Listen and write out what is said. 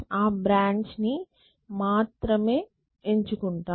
ఆ బ్రాంచ్ ని మాత్రమే ఎంచుకుంటాం